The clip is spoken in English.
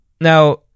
Now